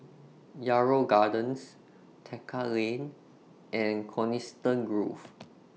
Yarrow Gardens Tekka Lane and Coniston Grove